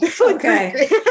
Okay